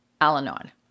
Al-Anon